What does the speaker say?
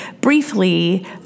briefly